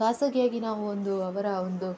ಖಾಸಗಿ ಆಗಿ ನಾವೊಂದು ಅವರ ಒಂದು